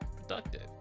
productive